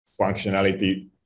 functionality